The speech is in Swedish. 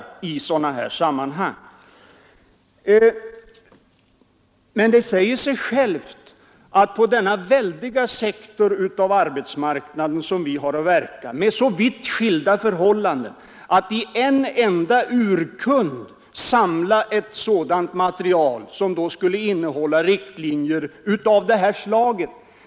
Men det säger sig självt att det skulle vara mycket svårt att på denna väldiga sektor av arbetsmarknaden där vi har att medverka, med så vitt skilda förhållanden — i en enda urkund samla ett sådant material, som skulle innehålla riktlinjer av detta slag.